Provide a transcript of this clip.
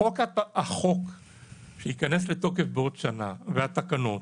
החוק שייכנס לתוקף בעוד שנה והתקנות